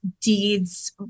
deeds